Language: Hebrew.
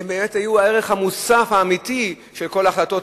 והן באמת היו הערך המוסף האמיתי של כל ההחלטות,